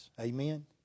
Amen